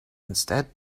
instead